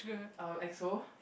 um Exo